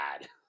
bad